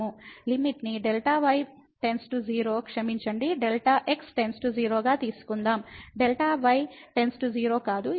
limit ని Δy → 0 క్షమించండి Δx → 0 గా తీసుకుందాం Δy → 0 కాదు ఇది Δx → 0 అవుతుంది